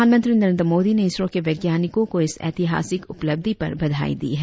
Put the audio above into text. प्रधानमंत्री नरेंद्र मोदी ने इसरो के वैज्ञानिकों को इस ऐतिहासिक उपलब्धि पर बधाई दी है